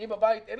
לי בבית אין